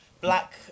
black